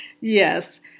Yes